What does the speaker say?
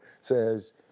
says